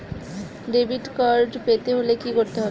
Debit card পেতে হলে কি করতে হবে?